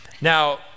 Now